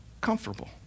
comfortable